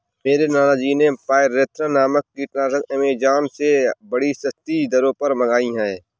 मेरे नाना जी ने पायरेथ्रम नामक कीटनाशक एमेजॉन से बड़ी सस्ती दरों पर मंगाई है